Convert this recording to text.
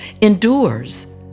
endures